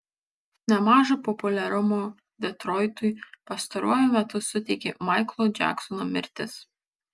nemažo populiarumo detroitui pastaruoju metu suteikė maiklo džeksono mirtis